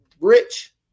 rich